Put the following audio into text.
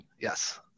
Yes